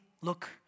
look